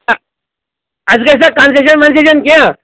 اَ اَسہِ گژھِ نہ کَنسیشَن وَنسیشَن کیٚنہہ